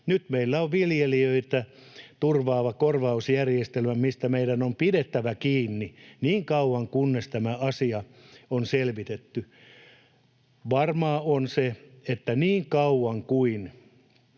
Nyt meillä on viljelijöitä turvaava korvausjärjestelmä, mistä meidän on pidettävä kiinni niin kauan, kunnes tämä asia on selvitetty. Varmaa on se, että niin kauan kuin